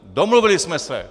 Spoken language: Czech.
Domluvili jsme se.